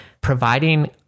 providing